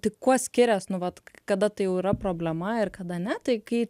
tai kuo skirias nu vat kada tai jau yra problema ir kada ne tai kai